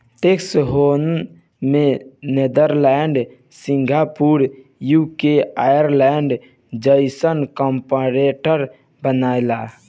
tax haven में Netherlands, Singapore, UK, Ireland जइसन corporate बाने